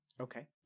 okay